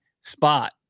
spot